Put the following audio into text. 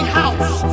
house